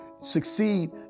succeed